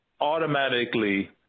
automatically